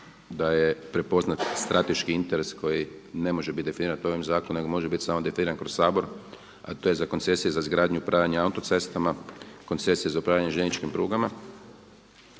da je prepoznat strateški interes koji ne može bit definiran ovim zakonom, nego može biti samo definiran kroz Sabor, a to je za koncesije za izgradnju, za upravljanje autocestama, koncesije za upravljanje željezničkim prugama,